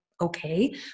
okay